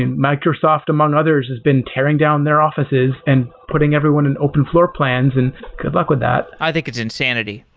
microsoft, among others, has been tearing down their offices and putting everyone in open floor plans. and good luck with that. i think it's insanity.